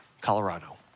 Colorado